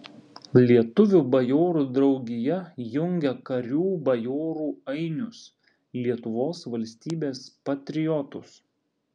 lietuvių bajorų draugija jungia karių bajorų ainius lietuvos valstybės patriotus